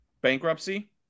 bankruptcy –